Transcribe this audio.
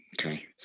Okay